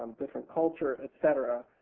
um different culture, et cetera.